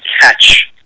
catch